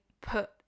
put